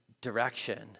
direction